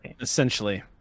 essentially